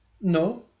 No